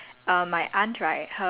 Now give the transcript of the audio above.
and why they're married now